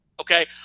Okay